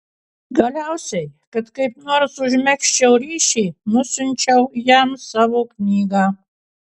galiausiai kad kaip nors užmegzčiau ryšį nusiunčiau jam savo knygą